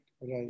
right